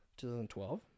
2012